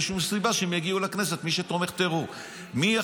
אין שום סיבה שהם יגיעו לכנסת, מי שתומך טרור.